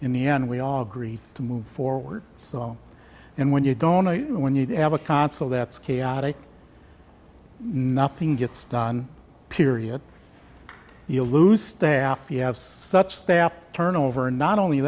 in the end we all agree to move forward so and when you don't i when you have a consul that's chaotic nothing gets done period you lose staff you have such staff turnover not only